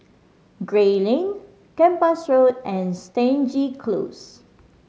Gray Lane Kempas Road and Stangee Close